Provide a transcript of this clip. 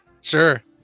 Sure